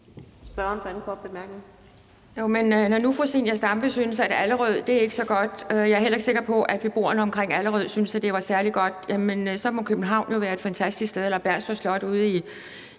når nu fru Zenia Stampe synes, at Allerød ikke er så godt, og jeg heller ikke er sikker på, at beboerne omkring Allerød syntes, det var særlig godt, så må København jo være et fantastisk sted – eller Bernstorff Slot ude i